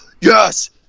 yes